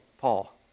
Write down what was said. Paul